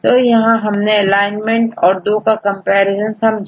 तो यहां हमने एलाइनमेंट और दो का कंपैरिजन समझा